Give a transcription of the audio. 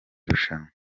rushanwa